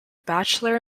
bachelor